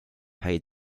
häid